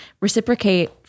reciprocate